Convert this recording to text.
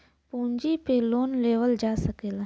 पूँजी पे लोन लेवल जा सकला